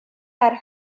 had